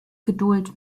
geduld